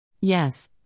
Yes